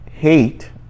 Hate